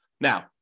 Now